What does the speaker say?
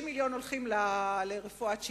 30 מיליון הולכים לרפואת שיניים,